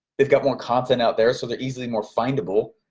they've got more content out there so they're easily more findable.